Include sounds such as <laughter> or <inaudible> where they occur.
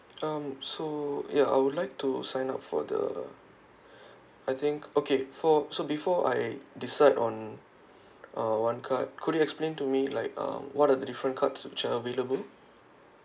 um so ya I would like to sign up for the <breath> I think okay for so before I decide on <breath> uh one card could you explain to me like uh what are the different cards which are available